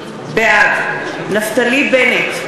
בעד נפתלי בנט,